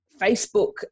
facebook